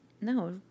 No